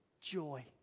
Joy